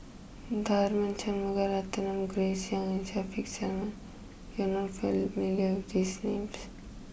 Tharman Shanmugaratnam Grace young and Shaffiq Selamat you are not familiar these names